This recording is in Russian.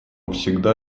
всегда